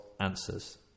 answers